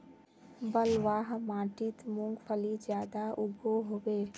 बलवाह माटित मूंगफली ज्यादा उगो होबे?